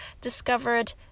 discovered